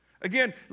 Again